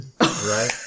right